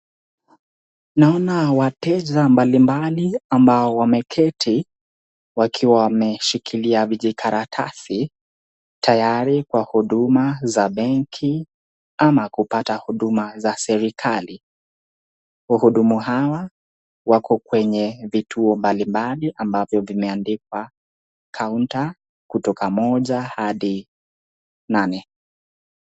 Naona wateja mbambali ambao wameketi wakiwa wameshikilia vijikaratasi tayari kwa huduma za benki ama kupata huduma za serikali, uhudumu hawa wako kwenyevituo mbalimbali ambavyo vimeandikwa counter kutoka moja hadi nane.